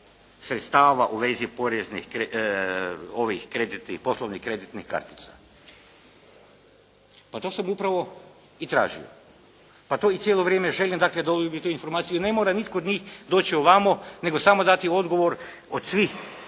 sredstava u svezi poslovnih kreditnih kartica. Pa to sam upravo i tražio, pa to i cijelo vrijeme želim, dakle, dobiti tu informaciju, ne mora nitko od njih doći ovamo nego samo dati odgovor od svih